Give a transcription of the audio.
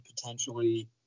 potentially